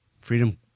Freedom